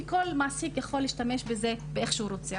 כל מעסיק יכול להשתמש בזה איך שהוא רוצה.